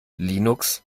linux